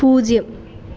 പൂജ്യം